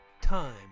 Time